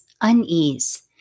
unease